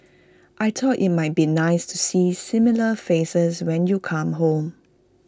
I thought IT might be nice to see familiar faces when you come home